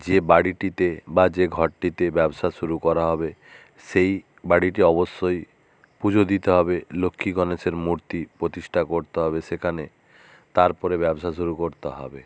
যে বাড়িটিতে বা যে ঘরটিতে ব্যবসা শুরু করা হবে সেই বাড়িটি অবশ্যই পুজো দিতে হবে লক্ষ্মী গণেশের মূর্তি প্রতিষ্ঠা করতে হবে সেকানে তারপরে ব্যবসা শুরু করতে হবে